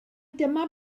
dyma